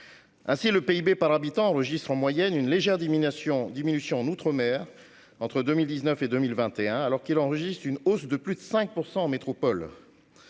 Ainsi, le PIB par habitant enregistre, en moyenne, une légère diminution en outre-mer entre 2019 et 2021, alors qu'il enregistre une hausse de plus de 5 % en métropole.